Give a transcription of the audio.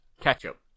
Ketchup